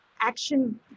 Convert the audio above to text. action